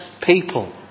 people